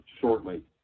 shortly